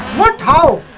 what holiday